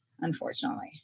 unfortunately